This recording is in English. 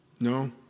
No